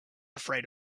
afraid